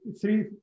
three